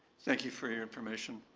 thank you for your information.